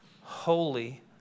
holy